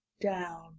down